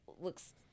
looks